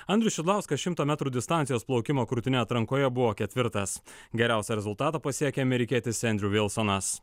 andrius šidlauskas šimto metrų distancijos plaukimo krūtine atrankoje buvo ketvirtas geriausią rezultatą pasiekė amerikietis endriu vilsonas